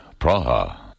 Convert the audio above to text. Praha